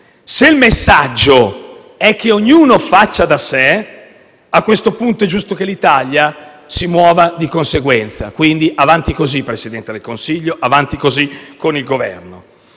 Se il messaggio è che ognuno faccia da sé, a questo punto è giusto che l'Italia si muova di conseguenza, per cui avanti così, signor Presidente del Consiglio. Avanti così con il Governo.